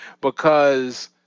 because-